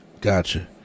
gotcha